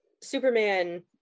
Superman